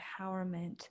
empowerment